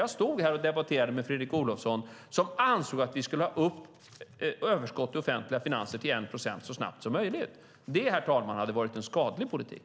Jag stod här och debatterade med Fredrik Olovsson som ansåg att vi skulle ha upp överskottet i offentliga finanser till 1 procent så snabbt som möjligt. Det, herr talman, hade varit en skadlig politik.